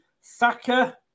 Saka